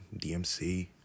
DMC